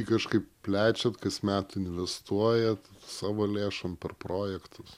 kažkaip plečiat kasmet investuojat savo lėšom per projektus